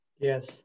Yes